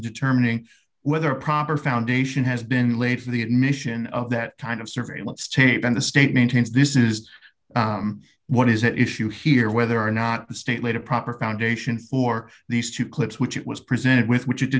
determining whether proper foundation has been laid for the admission of that kind of surveillance tape in the state maintains this is what is at issue here whether or not the state laid a proper foundation for these two clips which it was presented with which you d